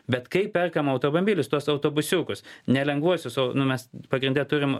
bet kai perkam automobilius tuos autobusiukus ne lengvuosius o nu mes pagrinde turim